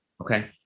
Okay